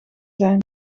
zijn